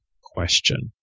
question